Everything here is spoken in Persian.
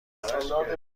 کند